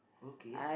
okay